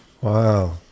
Wow